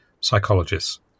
psychologists